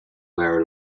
wear